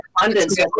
abundance